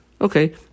Okay